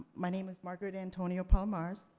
my name is margaret antonio palamares.